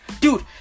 Dude